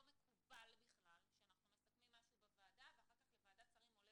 לא מקובל בכלל שאנחנו מסכמים משהו בוועדה ואחר כך בוועדת השרים עולה